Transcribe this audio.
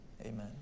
amen